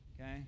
Okay